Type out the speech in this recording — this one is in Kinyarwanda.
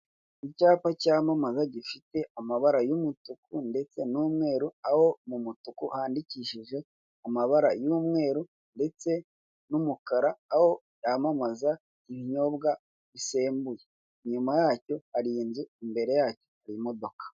Icyapa cyamamaza gifite amabara y'umutuku ndetse n'umweru aho mu mutuku handikishije amabara y'umweru ndetse n'umukara aho bamamaza ibinyobwa bisembuye. Inyuma yacyo hari inzu, imbere yacyo hari imodoka.